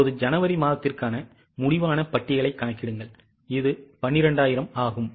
இப்போது ஜனவரி மாதத்திற்கான முடிவான பட்டியலைக் கணக்கிடுங்கள் அது 12000 ஆகும்